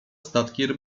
statki